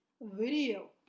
video